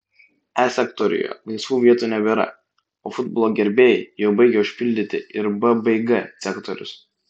e sektoriuje laisvų vietų nebėra o futbolo gerbėjai jau baigia užpildyti ir b bei g sektorius